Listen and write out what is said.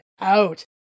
out